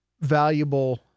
valuable